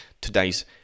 today's